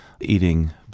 eating